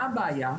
מה הבעיה,